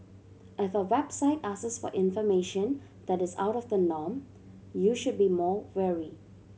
if a website asks for information that is out of the norm you should be more wary